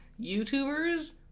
YouTubers